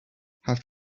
have